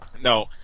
No